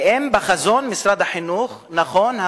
נכון,